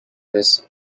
this